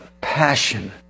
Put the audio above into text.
passion